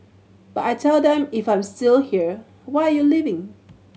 but I tell them if I'm still here why are you leaving